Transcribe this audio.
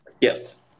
Yes